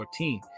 2014